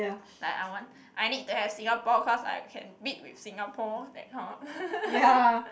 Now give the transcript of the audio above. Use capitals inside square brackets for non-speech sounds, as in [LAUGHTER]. like I want I need to have Singapore cause I can beat with Singapore that kind of [LAUGHS]